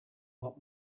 what